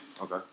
okay